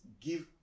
give